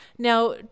Now